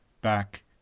back